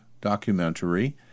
documentary